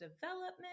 development